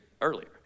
earlier